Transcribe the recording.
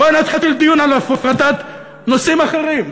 בואו נתחיל דיון על הפרטת נושאים אחרים.